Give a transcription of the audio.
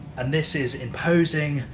and this is imposing,